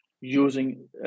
using